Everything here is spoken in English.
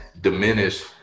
diminish